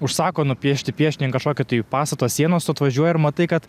užsako nupiešti piešinį ant kažkokio pastato sienos tu atvažiuoji ir matai kad